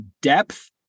depth